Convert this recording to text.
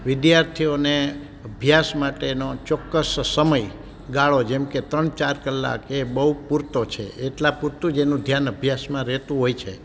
વિદ્યાર્થીઓને અભ્યાસ માટેનો ચોકકસ સમયગાળો જેમકે ત્રણ ચાર કલાક એ બહુ પૂરતો છે એટલા પૂરતું જ એનું ધ્યાન અભ્યાસમાં રહેતું હોય છે